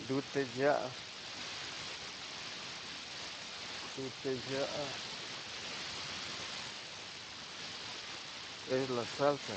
Ndete ya'a, ndute ya'a es la salsa.